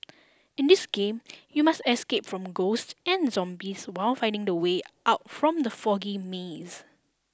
in this game you must escape from ghosts and zombies while finding the way out from the foggy maze